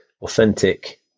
authentic